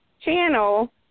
channel